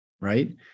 right